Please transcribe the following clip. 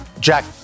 Jack